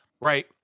right